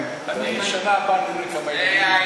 נראה כמה בשנה הבאה יהיו,